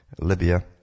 Libya